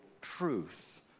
truth